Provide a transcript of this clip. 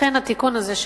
לכן התיקון הזה,